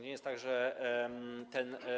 Nie jest tak, że ten.